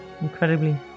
incredibly